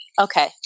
Okay